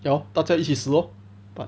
ya 大家一起死 lor but